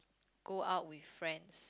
go out with friends